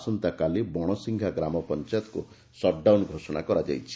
ଆସନ୍ତାକାଲି ବଣସିଂଘା ଗ୍ରାମ ପଞାୟତକୁ ସଟ୍ଡାଉନ୍ ଘୋଷଣା କରାଯାଇଛି